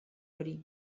hori